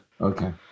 Okay